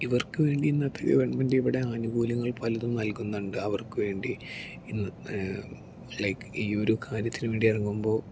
ഇവർക്കു വേണ്ടി ഇന്നത്തെ ഗവണ്മെന്റ് ഇവിടെ ആനുകൂല്യങ്ങൾ പലതും നൽകുന്നുണ്ട് അവർക്ക് വേണ്ടി ഇന്ന് ലൈക്ക് ഈ ഒരു കാര്യത്തിനു വേണ്ടി ഇറങ്ങുമ്പോൾ